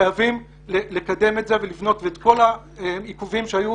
חייבים לקדם את זה ולבנות ואת כל העיכובים שהיו,